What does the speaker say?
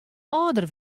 âlder